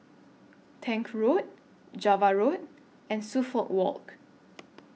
Tank Road Java Road and Suffolk Walk